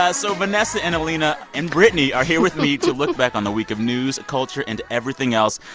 ah so vanessa, and alina and britney are here with me to look back on the week of news, culture and everything else.